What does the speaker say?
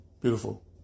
beautiful